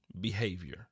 behavior